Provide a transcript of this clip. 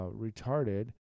retarded